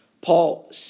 Paul